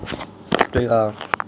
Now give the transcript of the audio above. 对 lah